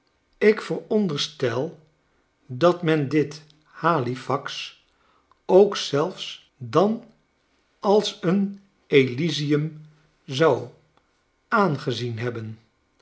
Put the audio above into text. ik veronderstel dat men dit halifaxook zelfs dan als een elysium zou aangezien hebben